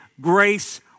grace